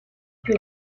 più